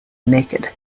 naked